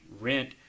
rent